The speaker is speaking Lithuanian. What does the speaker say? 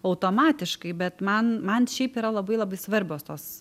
automatiškai bet man man šiaip yra labai labai svarbios tos